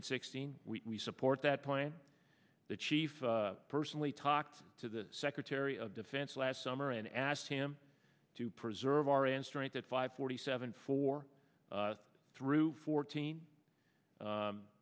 and sixteen we support that point the chief personally talked to the secretary of defense last summer and asked him to preserve our an strength at five forty seven four through fourteen